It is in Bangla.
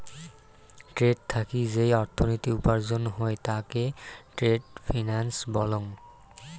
ট্রেড থাকি যেই অর্থনীতি উপার্জন হই তাকে ট্রেড ফিন্যান্স বলং